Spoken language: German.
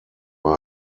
war